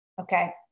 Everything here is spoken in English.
Okay